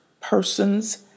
persons